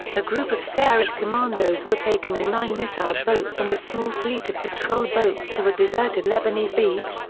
a group of sayeret commandos were taken in nine missile boats and a small fleet of patrol boats to a deserted lebanese beach,